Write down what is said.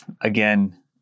again